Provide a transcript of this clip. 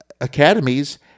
academies